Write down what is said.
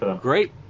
great